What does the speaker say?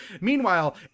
meanwhile